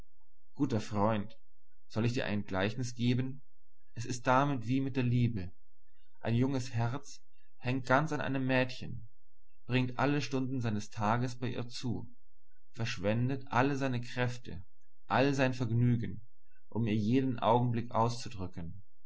guter freund soll ich dir ein gleichnis geben es ist damit wie mit der liebe ein junges herz hängt ganz an einem mädchen bringt alle stunden seines tages bei ihr zu verschwendet alle seine kräfte all sein vermögen um ihr jeden augenblick auszudrücken